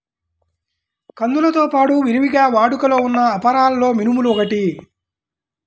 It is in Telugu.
కందులతో పాడు విరివిగా వాడుకలో ఉన్న అపరాలలో మినుములు ఒకటి